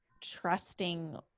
trusting